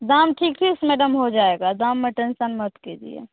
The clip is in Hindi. दाम ठीक ठीक मैडम हो जाएगा दाम मे टेन्सन मत कीजिए